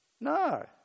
No